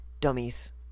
dummies